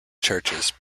churches